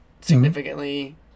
significantly